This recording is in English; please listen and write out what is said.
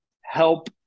help